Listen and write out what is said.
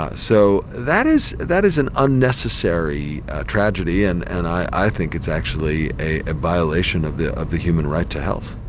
ah so that is that is an unnecessary tragedy, and and i think it's actually a ah violation of the of the human right to health.